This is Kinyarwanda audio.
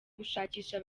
gushakisha